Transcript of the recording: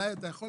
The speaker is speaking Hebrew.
אתה מתכוון